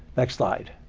next slide.